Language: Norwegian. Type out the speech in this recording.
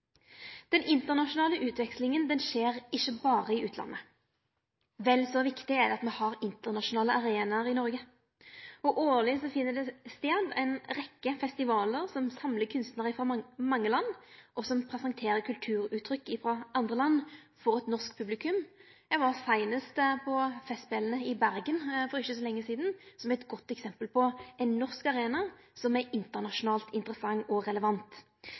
Den internasjonale utvekslinga skjer ikkje berre i utlandet. Vel så viktig er det at me har internasjonale arenaer i Noreg. Årleg finn det stad ei rekke festivalar som samlar kunstnarar frå mange land og som presenterer kulturuttrykk frå andre land for eit norsk publikum. Eg var på Festspela i Bergen for ikkje så lenge sidan. Det er eit godt eksempel på ein norsk arena som er internasjonalt interessant og relevant.